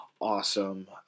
awesome